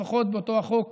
לפחות באותו חוק